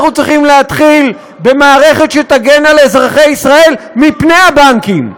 אנחנו צריכים להתחיל במערכת שתגן על אזרחי ישראל מפני הבנקים,